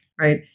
Right